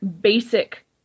basic